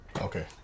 Okay